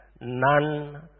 none